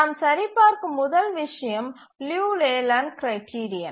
நாம் சரிபார்க்கும் முதல் விஷயம் லியு லேலேண்ட் கிரைட்டீரியன்